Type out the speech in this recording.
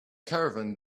caravan